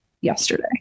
yesterday